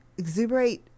exuberate